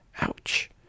Ouch